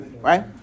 Right